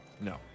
No